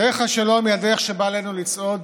דרך השלום היא הדרך שבה עלינו לצעוד